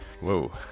Whoa